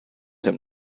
him